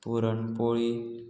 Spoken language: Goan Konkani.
पुरणपोळी